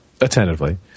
Attentively